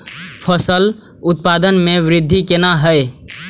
फसल उत्पादन में वृद्धि केना हैं?